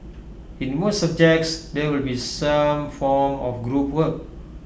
in most subjects there will be some form of group work